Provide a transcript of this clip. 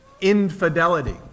infidelity